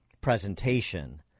presentation